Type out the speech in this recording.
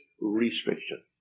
restriction